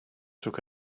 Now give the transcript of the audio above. took